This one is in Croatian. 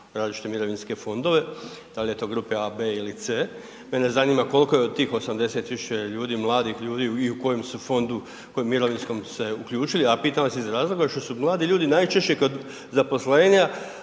različite mirovinske fondove, da li je to grupe A, B ili C, mene zanima koliko je od tih 80.000 ljudi mladih ljudi i u kojem su fondu, kojem mirovinskom se uključili, a pitam vas iz razloga što su mladi ljudi najčešće kod zaposlenja